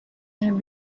have